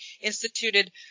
instituted